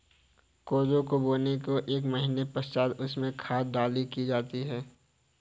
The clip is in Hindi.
कोदो को बोने के एक महीने पश्चात उसमें खाद डाली जा सकती है